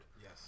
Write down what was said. Yes